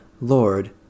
Lord